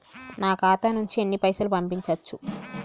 నా ఖాతా నుంచి ఎన్ని పైసలు పంపించచ్చు?